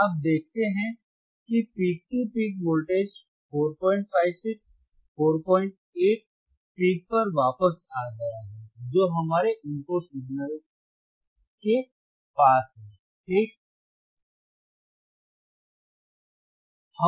आप देखते हैं कि peak to peak voltage 456 48 peak पर वापस आ गया है जो हमारे इनपुट सिग्नल के ठीक पास है